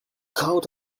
coat